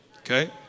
Okay